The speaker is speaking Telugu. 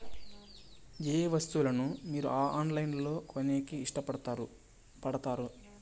ఏయే వస్తువులను మీరు ఆన్లైన్ లో కొనేకి ఇష్టపడుతారు పడుతారు?